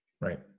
Right